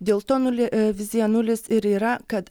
dėl to nuli vizija nulis ir yra kad